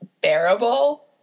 bearable